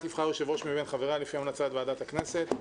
תבחר יו"ר מבין חבריה לפי המלצת ועדת הכנסת.